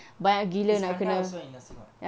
iskandar also in nursing [what]